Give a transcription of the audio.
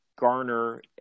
garner